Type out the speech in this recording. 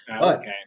Okay